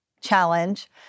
challenge